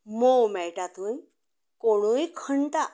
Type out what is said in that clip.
मोव मेळटा थंय कोणूय खणटा